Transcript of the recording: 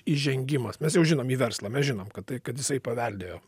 įžengimas mes jau žinom į verslą mes žinom kad tai kad jisai paveldėjo